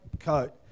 Coat